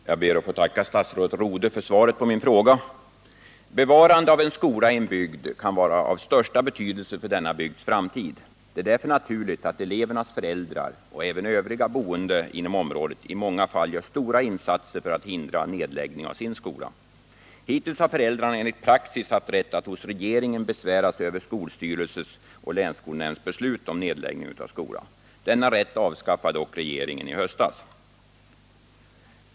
Herr talman! Jag ber att få tacka statsrådet Rodhe för svaret på min fråga. Bevarandet av en skola i en bygd kan vara av största betydelse för denna bygds framtid. Det är därför naturligt att elevernas föräldrar och även andra som bor inom området i många fall gör stora insatser för att hindra nedläggning av sin skola. Hittills har föräldrarna enligt praxis haft rätt att hos regeringen besvära sig över skolstyrelses och länsskolnämnds beslut om nedläggning av skola. Denna rätt avskaffade dock regeringen i höstas.